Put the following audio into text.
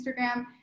instagram